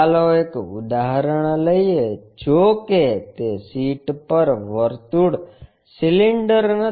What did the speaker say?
ચાલો એક ઉદાહરણ લઈએ જોકે તે શીટ પર વર્તુળ સિલિન્ડર નથી